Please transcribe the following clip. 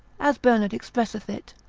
as bernard expresseth it,